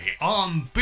on